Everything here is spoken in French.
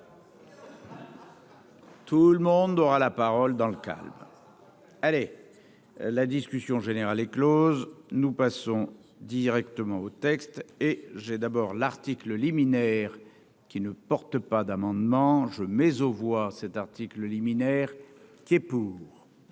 Tout le monde aura la parole dans le calme, allez. La discussion générale est Close, nous passons directement aux textes et j'ai d'abord l'article liminaire qui ne portent pas d'amendements, je mais voit cet article liminaire, qui est pour.